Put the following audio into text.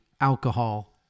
alcohol